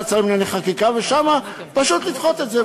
שרים לענייני חקיקה ושם פשוט לדחות את זה,